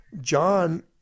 John